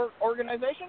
organization